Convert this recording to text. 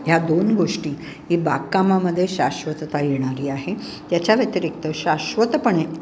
ह्या दोन गोष्टी ही बागकामामध्ये शाश्वतता येणारी आहे त्याच्या व्यतिरिक्त शाश्वतपणे